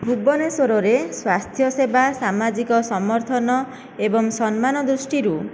ଭୁବନେଶ୍ୱରରେ ସ୍ୱାସ୍ଥ୍ୟ ସେବା ସାମାଜିକ ସମର୍ଥନ ଏବଂ ସମ୍ମାନ ଦୃଷ୍ଟିରୁ